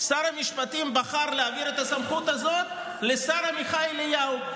שר המשפטים בחר להעביר את הסמכות הזאת לשר עמיחי אליהו.